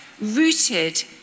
rooted